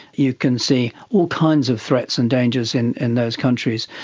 you can see all kinds of threats and dangers in in those countries.